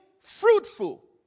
fruitful